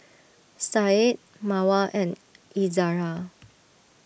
Said Mawar and Izzara